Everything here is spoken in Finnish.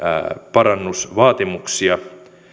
parannusvaatimuksia